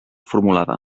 formulada